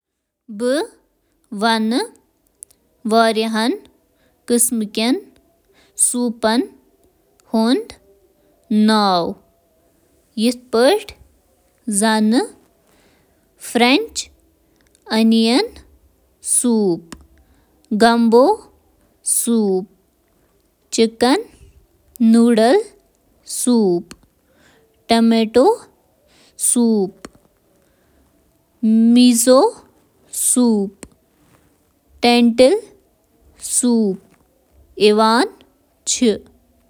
پوٗرٕ دُنیاہٕک کینٛہہ سوپ چھِ یِتھ: borscht, gazpacho, tom yum, laksa تہٕ باقی